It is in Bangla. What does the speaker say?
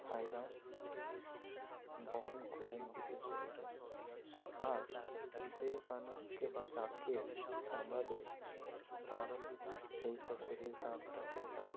ভাইরাস বহন করবে নিজেদের শরীরে আর যে মানুষকে বা যাকে কামড়াবে তারও সেই শরীর খারাপটা হয়ে যাবে